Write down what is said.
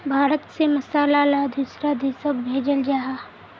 भारत से मसाला ला दुसरा देशोक भेजल जहा